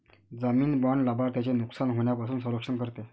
जामीन बाँड लाभार्थ्याचे नुकसान होण्यापासून संरक्षण करते